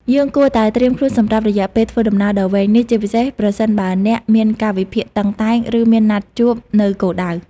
យើងគួរតែត្រៀមខ្លួនសម្រាប់រយៈពេលធ្វើដំណើរដ៏វែងនេះ ជាពិសេសប្រសិនបើអ្នកមានកាលវិភាគតឹងតែង ឬមានណាត់ជួបនៅគោលដៅ។